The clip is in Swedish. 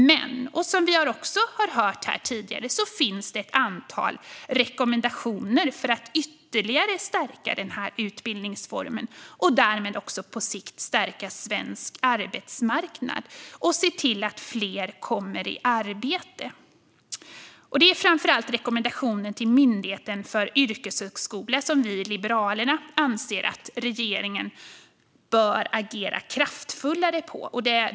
Men som vi har hört här tidigare finns det ett antal rekommendationer för att ytterligare stärka denna utbildningsform och därmed också på sikt stärka svensk arbetsmarknad och se till att fler kommer i arbete. Det är framför allt rekommendationen till Myndigheten för yrkeshögskolan som vi liberaler anser att regeringen bör agera kraftfullare på.